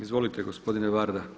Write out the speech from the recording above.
Izvolite gospodine Varda.